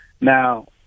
Now